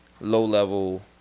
low-level